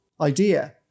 idea